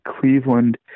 Cleveland